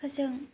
फोजों